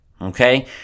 okay